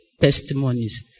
testimonies